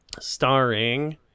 starring